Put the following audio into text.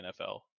NFL